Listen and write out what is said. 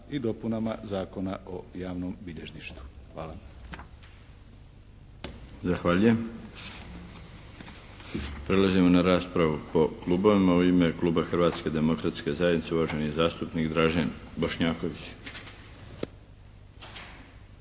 i dopunama Zakona o javnom bilježništvu.